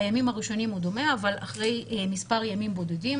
בימים הראשונים הוא עוד 100 אבל אחרי מספר ימים בודדים